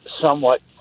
somewhat